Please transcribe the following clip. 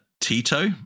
Tito